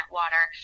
water